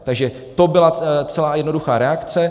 Takže to byla celá jednoduchá reakce.